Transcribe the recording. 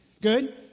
Good